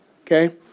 okay